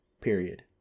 Period